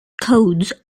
codes